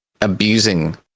abusing